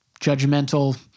judgmental